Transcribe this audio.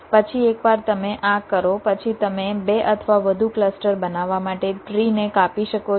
પછી એકવાર તમે આ કરો પછી તમે 2 અથવા વધુ ક્લસ્ટર બનાવવા માટે ટ્રી ને કાપી શકો છો